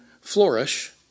flourish